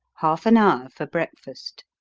half an hour for breakfast